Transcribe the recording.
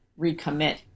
recommit